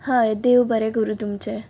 हय देव बरें करूं तुमचें